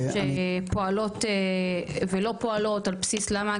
שפועלות ולא פועלות, על בסיס מה?